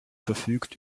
verfügt